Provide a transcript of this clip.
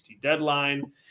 deadline